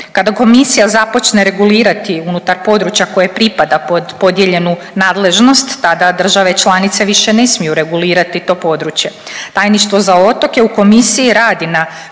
Kada komisija započne regulirati unutar područja koje pripada pod podijeljenu nadležnost tada države članice više ne smiju regulirati to područje. Tajništvo za otoke u komisiji radi na